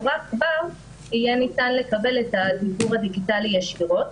רק בה יהיה ניתן לקבל את הדיוור הדיגיטלי ישירות.